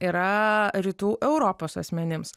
yra rytų europos asmenims